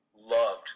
loved